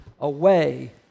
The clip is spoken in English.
away